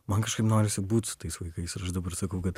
man kažkaip norisi būt su tais vaikais ir aš dabar sakau kad